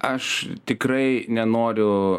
aš tikrai nenoriu